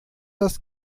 das